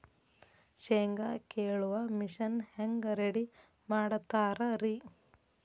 ಶೇಂಗಾ ಕೇಳುವ ಮಿಷನ್ ಹೆಂಗ್ ರೆಡಿ ಮಾಡತಾರ ರಿ?